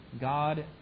God